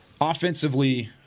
Offensively